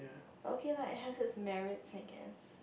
but okay lah it has it merits I guess